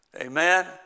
Amen